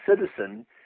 citizen